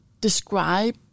describe